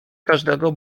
każdego